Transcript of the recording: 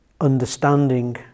understanding